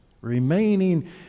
Remaining